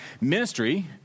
ministry